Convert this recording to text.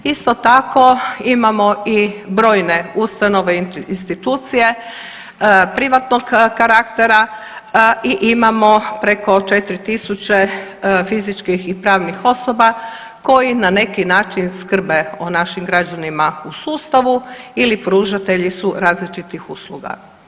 Isto tako imamo i brojne ustanove i institucije privatnog karaktera i imamo preko 4.000 fizičkih i pravnih osoba koji na neki način skrbe o našim građanima u sustavu ili pružatelji su različitih usluga.